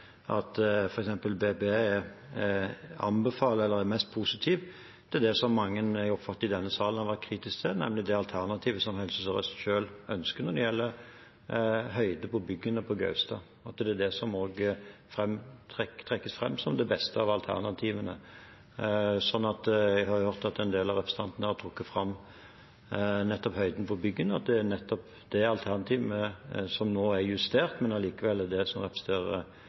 anbefaler, eller er mest positiv til, det jeg har oppfattet at mange i denne salen har vært kritisk til, nemlig det alternativet som Helse Sør-Øst selv ønsker når det gjelder høyde på byggene på Gaustad, at det er det som trekkes fram som det beste av alternativene. Jeg har hørt at en del av representantene har trukket fram høyden på byggene. Det er nettopp det alternativet som nå er justert, men allikevel er det det som representerer